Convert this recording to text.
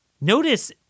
Notice